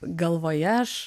galvoje aš